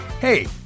Hey